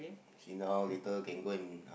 sit down later can go and